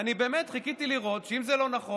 באמת חיכיתי לראות שאם זה לא נכון,